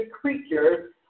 creatures